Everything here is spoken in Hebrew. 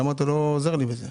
למה אתה לא עוזר לי בזה?